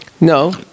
No